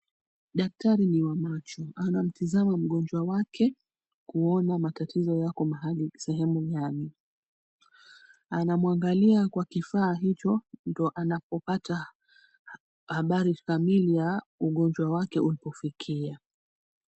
Daktari ni wa macho anamtizama mgonjwa wake kuona matatizo yako sehemu gani, anamwangalia kwa kifaa hicho ndo anapopata habari kamili ya ugonjwa wake ulipofikia.